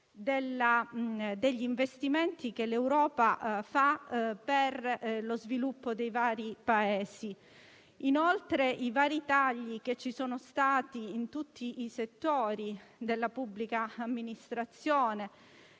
degli investimenti che l'Europa fa per lo sviluppo dei vari Paesi. Inoltre, i tagli sono intervenuti in tutti i settori della pubblica amministrazione,